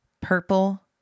Purple